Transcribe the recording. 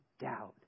doubt